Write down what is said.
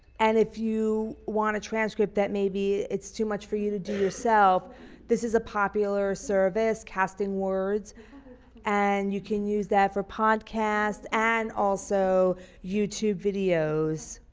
and if you want a transcript that may be too much for you to do yourself this is a popular service castingwords and you can use that for podcasts and also youtube videos.